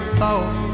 thought